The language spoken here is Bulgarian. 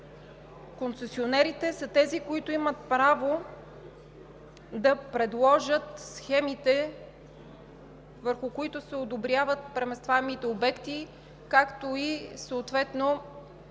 концесионерите са тези, които имат право да предложат схемите, по които се одобряват преместваемите обекти, както и съответно